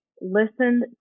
listen